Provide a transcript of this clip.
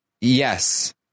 yes